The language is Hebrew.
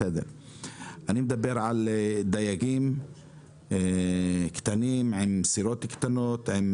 אני מדבר על דייגים קטנים עם סירות קטנות, עם